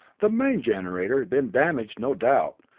the main generator had been damaged, no doubt,